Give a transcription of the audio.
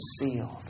sealed